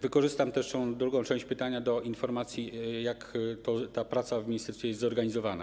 Wykorzystam też tę drugą część pytania do poinformowania, jak ta praca w ministerstwie jest zorganizowana.